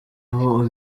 aho